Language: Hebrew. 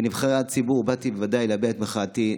כנבחר הציבור בוודאי באתי להביע את מחאתי,